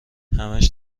همش